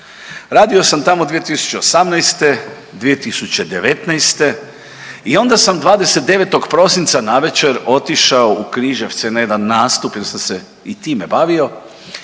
Radio sam tamo 2018., 2019. i onda sam 29. prosinca navečer otišao u Križevce na jedan nastup jel sam se i time bavio